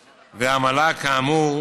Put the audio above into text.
והמל"ג, כאמור,